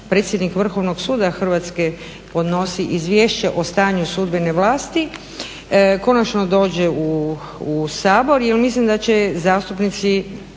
predsjednik Vrhovnog suda Hrvatske podnosi izvješće o stanju sudbene vlasti, konačno dođe u Sabor jer mislim da će zastupnici,